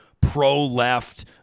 pro-left